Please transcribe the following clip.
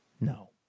No